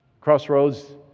crossroads